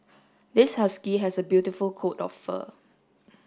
this husky has a beautiful coat of fur